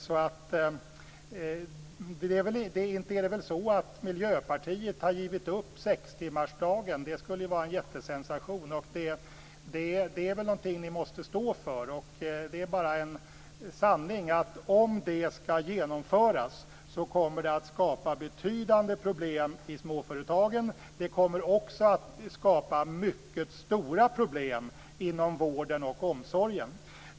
Inte är det väl så att Miljöpartiet har gett upp sextimmarsdagen. Det skulle ju vara en jättesensation. Det är väl någonting som ni måste stå för. Sanningen är att om den skall genomföras kommer det att skapa betydande problem i småföretagen. Det kommer också att skapa mycket stora problem inom vården och omsorgen.